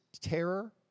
terror